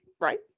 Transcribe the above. Right